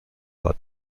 war